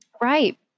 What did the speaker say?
Right